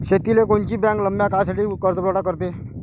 शेतीले कोनची बँक लंब्या काळासाठी कर्जपुरवठा करते?